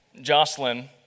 Jocelyn